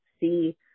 see